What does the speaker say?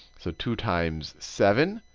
so two times seven.